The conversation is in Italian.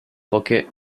poche